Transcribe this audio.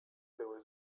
były